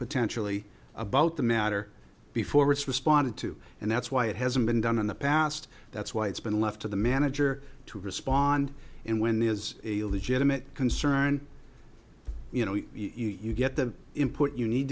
potentially about the matter before responded to and that's why it hasn't been done in the past that's why it's been left to the manager to respond and when there is a legitimate concern you know you get the input you need